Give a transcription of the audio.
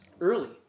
early